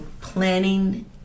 planning